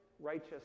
righteous